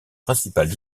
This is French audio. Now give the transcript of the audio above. principales